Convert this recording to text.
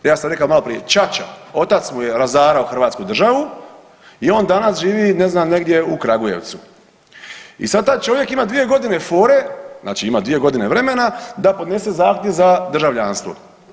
Ja sam rekao maloprije ćaća, otac mu je razarao hrvatsku državu i on danas živi ne znam negdje u Kragujevcu i sad taj čovjek ima 2.g. fore, znači ima 2.g. vremena da podnese zahtjev za državljanstvo.